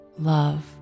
love